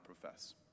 profess